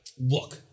look